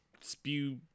spew